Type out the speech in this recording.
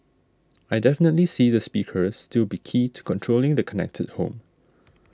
I definitely see the speaker still be key to controlling the connected home